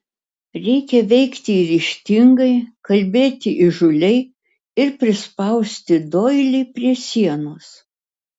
reikia veikti ryžtingai kalbėti įžūliai ir prispausti doilį prie sienos